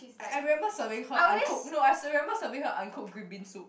I I remember serving her uncooked no I remember serving her uncooked green bean soup